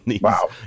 Wow